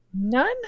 none